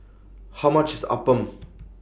How much IS Appam